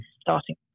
starting